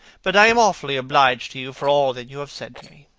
but i am awfully obliged to you for all that you have said to me.